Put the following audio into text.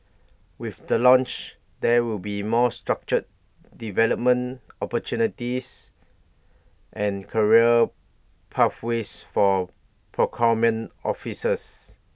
with the launch there will be more structured development opportunities and career pathways for procurement officers